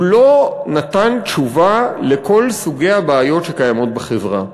הוא לא נתן תשובה לכל סוגי הבעיות שקיימות בחברה.